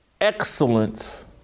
excellence